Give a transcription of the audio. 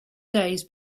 days